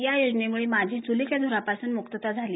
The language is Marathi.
या योजनेमूळे माझी चुलीच्या धुरापासून मुक्तता झाली